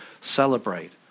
celebrate